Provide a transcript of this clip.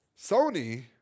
Sony